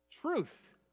truth